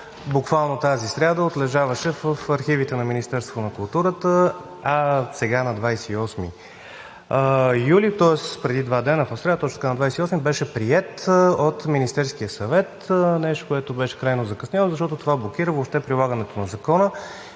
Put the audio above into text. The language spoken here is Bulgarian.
До тази сряда отлежаваше в архивите на Министерството на културата, а сега – на 28 юли, тоест преди два дни, в сряда, беше приет от Министерския съвет – нещо, което беше крайно закъсняло, защото това блокира въобще прилагането на Закона